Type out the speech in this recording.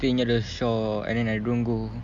stay near the shore and then I don't go